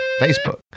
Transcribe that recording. Facebook